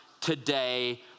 today